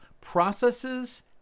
processes